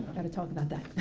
got to talk about that,